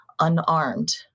Unarmed